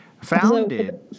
Founded